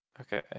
Okay